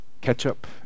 Ketchup